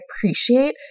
appreciate